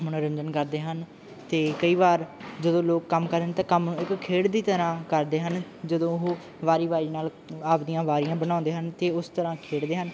ਮਨੋਰੰਜਨ ਕਰਦੇ ਹਨ ਅਤੇ ਕਈ ਵਾਰ ਜਦੋਂ ਲੋਕ ਕੰਮ ਕਰਨ ਤਾਂ ਕੰਮ ਨੂੰ ਇੱਕ ਖੇਡ ਦੀ ਤਰ੍ਹਾਂ ਕਰਦੇ ਹਨ ਜਦੋਂ ਉਹ ਵਾਰੀ ਵਾਰੀ ਨਾਲ ਆਪਦੀਆਂ ਵਾਰੀਆਂ ਬਣਾਉਂਦੇ ਹਨ ਅਤੇ ਉਸ ਤਰ੍ਹਾਂ ਖੇਡਦੇ ਹਨ